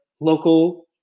local